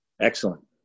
Excellent